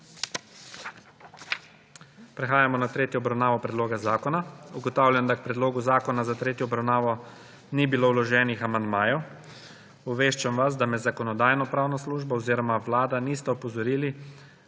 Prehajamo na tretjo obravnavo predloga zakona. Ugotavljam, da k predlogu zakona za tretjo obravnavo ni bilo vloženih amandmajev. Obveščam vas, da me Zakonodajno-pravna služba oziroma vlada nista opozorili,